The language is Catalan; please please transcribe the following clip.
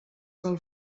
del